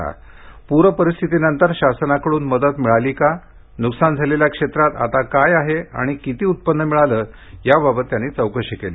प्रपरिस्थितीनंतर शासनाकडून मदत मिळाली का नुकसान झालेल्या क्षेत्रात आता काय आहे आणि किती उत्पन्न मिळालं याबाबत त्यांनी चौकशी केली